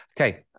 okay